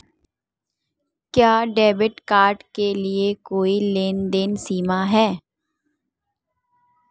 क्या debit card के लिए कोई लेनदेन सीमा है?